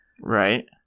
Right